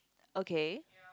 okay